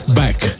back